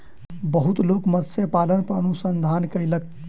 बहुत लोक मत्स्य पालन पर अनुसंधान कयलक